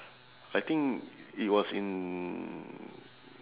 I think it was in